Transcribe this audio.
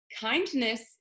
kindness